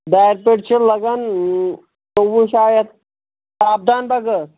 دارِ پٔٹۍ چھِ لَگَن ژوٚوُہ شایَد بَغٲر